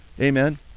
Amen